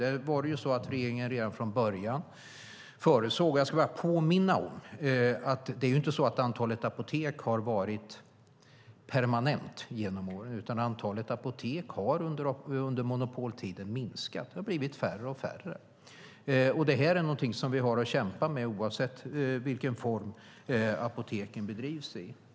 Jag vill påminna om att antalet apotek inte har varit permanent genom åren, utan antalet apotek minskade under monopoltiden. Det har blivit färre och färre. Och det är någonting som vi har att kämpa med oavsett vilken form apoteken drivs i.